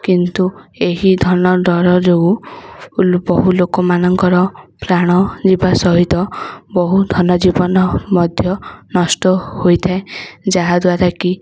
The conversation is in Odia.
କିନ୍ତୁ ଏହି ଧନ ଡରରୁ ଲୋକ ବହୁ ଲୋକମାନଙ୍କର ପ୍ରାଣ ନେବା ସହିତ ଧନ ଜୀବନ ମଧ୍ୟ ନଷ୍ଟ ହୋଇଥାଏ ଯାହାଦ୍ୱାରାକି